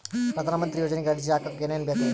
ಪ್ರಧಾನಮಂತ್ರಿ ಯೋಜನೆಗೆ ಅರ್ಜಿ ಹಾಕಕ್ ಏನೇನ್ ಬೇಕ್ರಿ?